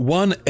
one